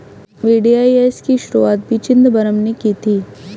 VDIS की शुरुआत पी चिदंबरम ने की थी